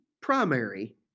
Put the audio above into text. primary